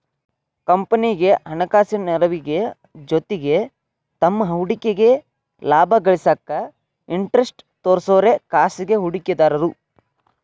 ಕಂಪನಿಗಿ ಹಣಕಾಸಿನ ನೆರವಿನ ಜೊತಿಗಿ ತಮ್ಮ್ ಹೂಡಿಕೆಗ ಲಾಭ ಗಳಿಸಾಕ ಇಂಟರೆಸ್ಟ್ ತೋರ್ಸೋರೆ ಖಾಸಗಿ ಹೂಡಿಕೆದಾರು